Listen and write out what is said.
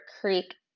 creek